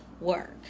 work